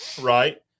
right